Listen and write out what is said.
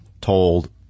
told